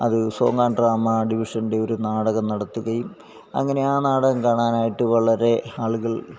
അത് song and drama ഡിവിഷന്റെ ഒരു നാടകം നടത്തുകയും അങ്ങനെ ആ നാടകം കാണാനായിട്ട് വളരെ ആളുകള്